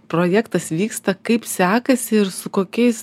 projektas vyksta kaip sekasi ir su kokiais